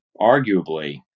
Arguably